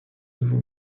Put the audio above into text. nouveau